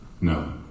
No